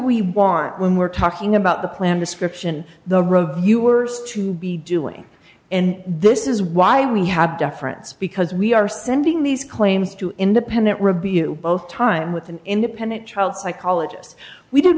we want when we're talking about the plan description the road viewers to be doing and this is why we have deference because we are sending these claims to independent review both time with an independent child psychologists we did